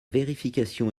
vérification